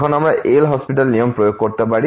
এখন আমরা LHospital নিয়ম প্রয়োগ করতে পারি